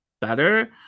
better